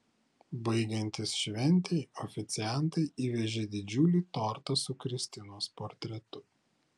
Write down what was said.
baigiantis šventei oficiantai įvežė didžiulį tortą su kristinos portretu